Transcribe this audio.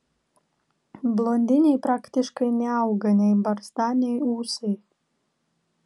blondinei praktiškai neauga nei barzda nei ūsai